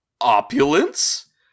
opulence